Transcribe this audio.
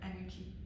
energy